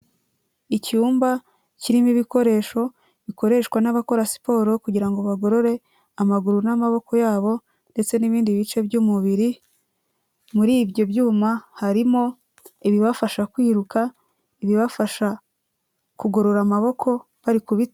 Icyumba kirimo ibikoresho bikoreshwa n'abakora siporo kugira ngo bagorore amaguru n'amaboko yabo ndetse n'ibindi bice byumubiri, muri ibyo byuma harimo ibibafasha kwiruka, ibibafasha kugorora amaboko.